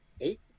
eight